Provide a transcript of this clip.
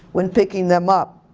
when picking them up.